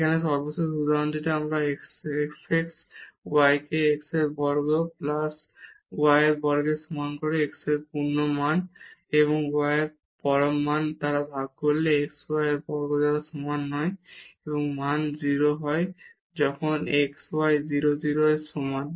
এখানে সর্বশেষ উদাহরণটি আমরা এই fx y কে x বর্গ প্লাস y বর্গের সমান করে x এবং y এর পরম মান দ্বারা ভাগ করলে xy 0 এর সমান নয় এবং মান 0 হয় যখন xy 0 0 এর সমান